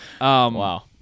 Wow